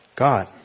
God